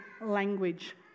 language